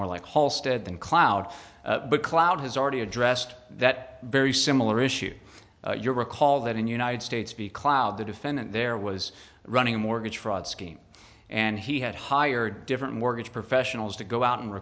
more like whole stead than cloud but cloud has already addressed that very similar issue you'll recall that in united states b cloud the defendant there was running a mortgage fraud scheme and he had hired different mortgage professionals to go out and